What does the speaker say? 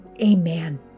Amen